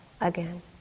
again